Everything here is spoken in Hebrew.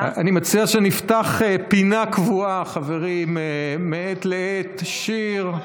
אני מציע שנפתח פינה קבועה, חברים, מעת לעת שיר.